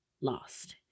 lost